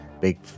big